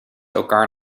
elkaar